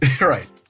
Right